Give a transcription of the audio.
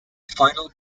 final